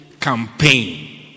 campaign